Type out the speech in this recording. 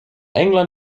england